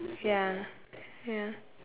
ya ya